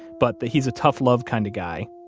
but that he's a tough-love kind of guy,